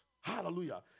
Hallelujah